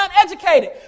uneducated